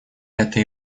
эта